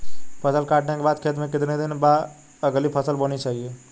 फसल काटने के बाद खेत में कितने दिन बाद अगली फसल बोनी चाहिये?